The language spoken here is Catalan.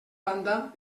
banda